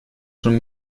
schon